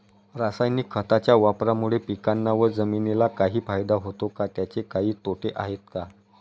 रासायनिक खताच्या वापरामुळे पिकांना व जमिनीला काही फायदा होतो का? त्याचे काही तोटे आहेत का?